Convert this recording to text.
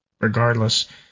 regardless